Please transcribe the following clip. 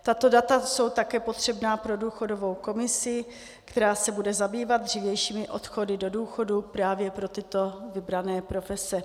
Tato data jsou také potřebná pro důchodovou komisi, která se bude zabývat dřívějšími odchody do důchodu právě pro tyto vybrané profese.